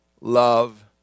love